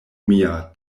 mia